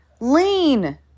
Lean